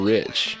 Rich